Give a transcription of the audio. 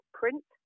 print